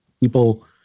people